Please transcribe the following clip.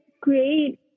great